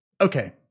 okay